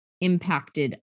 impacted